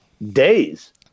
Days